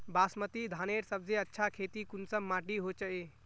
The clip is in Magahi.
बासमती धानेर सबसे अच्छा खेती कुंसम माटी होचए?